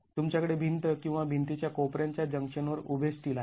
तुमच्याकडे भिंत किंवा भिंतीच्या कोपर्यांच्या जंक्शनवर उभे स्टील आहे